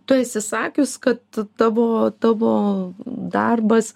tu esi sakius kad tavo tavo darbas